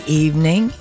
evening